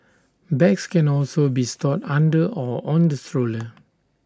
bags can also be stored under or on the stroller